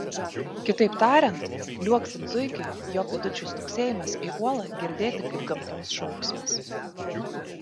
kitaip tariant liuoksint zuikiui jo pėdučių stuksėjimas į uolą girdėti kaip gamtos šauksmas